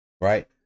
right